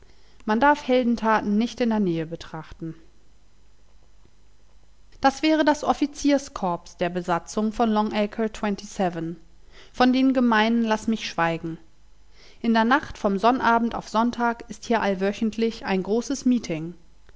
man darf heldentaten nicht in der nähe betrachten das wäre das offiziers korps der besatzung von loen se von den gemeinen laß mich schweigen in der nacht vom sonnabend auf sonntag ist hier allwöchentlich ein großes meeting